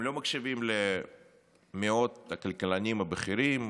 הם לא מקשיבים למאות הכלכלנים הבכירים,